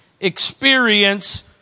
Experience